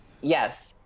yes